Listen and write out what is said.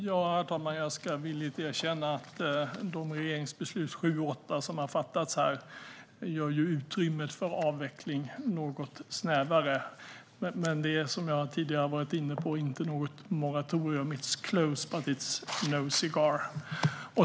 Herr talman! Jag ska villigt erkänna att de regeringsbeslut, 7 och 8, som har fattats här gör utrymmet för avveckling något snävare. Men det är som jag tidigare har varit inne på inte något moratorium. It's close, but it's no cigar.